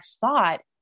thought